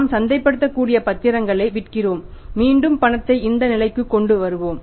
நாம் சந்தைப்படுத்தக்கூடிய பத்திரங்களை விற்கிறோம் மீண்டும் பணத்தை இந்த நிலைக்கு கொண்டு வருவோம்